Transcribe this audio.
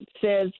says